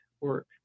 work